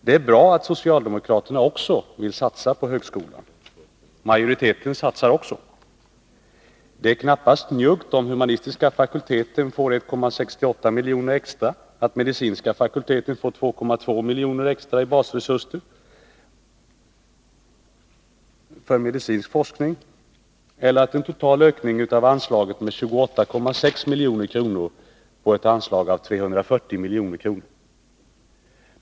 Det är bra att även socialdemokraterna vill satsa på högskolan. Också majoriteten satsar på detta område. Det är knappast njuggt att humanistiska fakulteterna får 1,68 miljoner extra och att medicinska fakulteterna får 2,2 miljoner extra i basresurser för medicinsk forskning, eller att det blir en total ökning med 28,6 milj.kr. på ett anslag av 340 milj.kr.